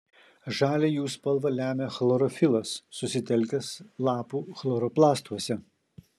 žalią jų spalvą lemia chlorofilas susitelkęs lapų chloroplastuose